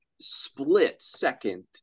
split-second